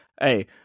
Hey